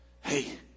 hey